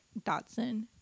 Dotson